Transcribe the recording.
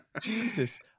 Jesus